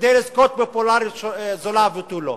כדי לזכות בפופולריות זולה ותו לא.